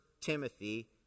Timothy